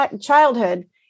childhood